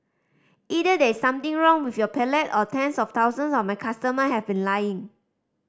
either there is something wrong with your palate or tens of thousands of my customer have been lying